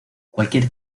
cualquier